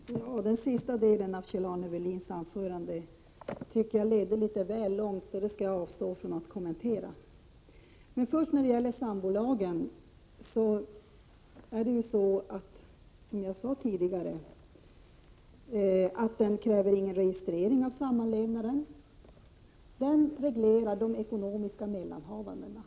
Herr talman! Den sista delen av Kjell-Arne Welins anförande tycker jag ledde litet väl långt, så det skall jag avstå från att kommentera. Som jag sade tidigare kräver sambolagen ingen registrering av samlevnaden, den reglerar bara de ekonomiska mellanhavandena.